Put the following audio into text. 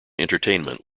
entertainment